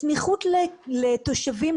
בסמיכות לתושבים,